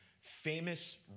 famous